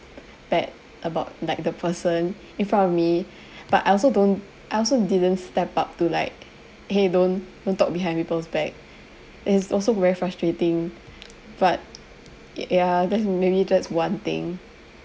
bad about like the person in front of me but I also don't I also didn't step up to like !hey! don't don't talk behind people's back it's also very frustrating but ya that's maybe just one thing